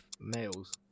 males